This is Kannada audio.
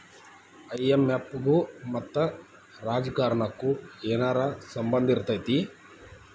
ಐ.ಎಂ.ಎಫ್ ಗು ಮತ್ತ ರಾಜಕಾರಣಕ್ಕು ಏನರ ಸಂಭಂದಿರ್ತೇತಿ?